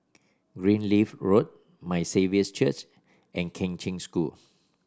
Greenleaf Road My Saviour's Church and Kheng Cheng School